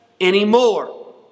anymore